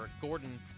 gordon